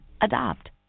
Adopt